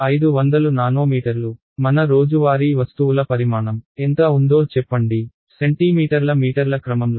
500 నానోమీటర్లు మన రోజువారీ వస్తువుల పరిమాణం ఎంత ఉందో చెప్పండి సెంటీమీటర్ల మీటర్ల క్రమంలో